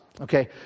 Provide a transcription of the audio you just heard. okay